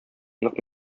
нык